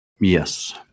Yes